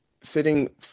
sitting